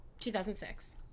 2006